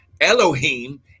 Elohim